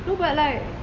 no but like